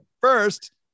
first